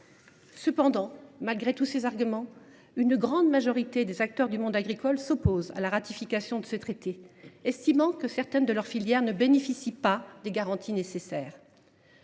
recensées. Malgré ces arguments, une large majorité des acteurs du monde agricole s’oppose à la ratification de ce traité, car elle estime que certaines filières ne bénéficient pas des garanties nécessaires.